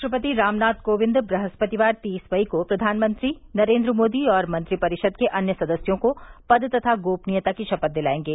राष्ट्रपति रामनाथ कोविंद ब्रहस्पतिवार तीस मई को प्रधानमंत्री नरेन्द्र मोदी और मंत्रिपरिषद के अन्य सदस्यों को पद तथा गोपनीयता की शपथ दिलायेंगे